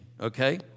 okay